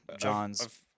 John's